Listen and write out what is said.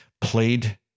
played